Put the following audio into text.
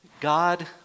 God